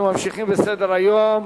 אנחנו ממשיכים בסדר-היום.